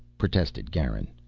protested garin.